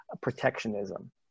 protectionism